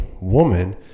woman